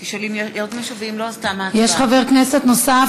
יש חבר כנסת נוסף,